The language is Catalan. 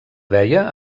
deia